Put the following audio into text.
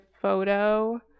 photo